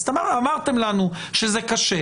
אמרתם לנו שזה קשה,